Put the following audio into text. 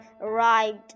arrived